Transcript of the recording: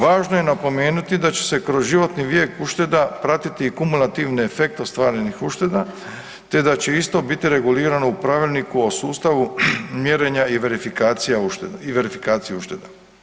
Važno je napomenuti da će se kroz životni vijek ušteda pratiti i kumulativni efekt ostvarenih ušteda te da će isto biti regulirano u pravilniku o sustavu mjerenja i verifikacije ušteda.